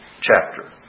chapter